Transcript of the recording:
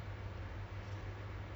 at that you know